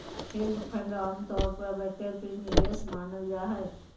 hedge fund आमतौर पर वैकल्पिक निवेश मानल जा हय